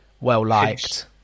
well-liked